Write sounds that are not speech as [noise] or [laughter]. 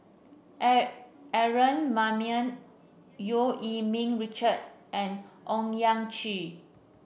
[unintelligible] Aaron Maniam Eu Yee Ming Richard and Owyang Chi